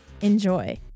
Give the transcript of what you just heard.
Enjoy